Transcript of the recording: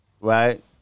right